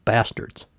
Bastards